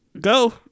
go